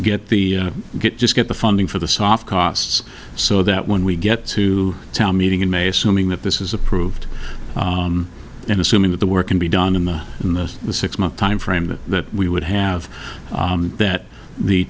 get the get just get the funding for the soft costs so that when we get to town meeting in may assume if this is approved and assuming that the work can be done in the in the six month time frame that we would have that the